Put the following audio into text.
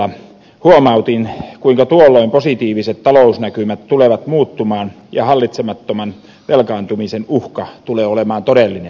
huomautin kuinka tuolloin positiiviset talousnäkymät tulevat muuttumaan ja hallitsemattoman velkaantumisen uhka tulee olemaan todellinen